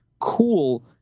cool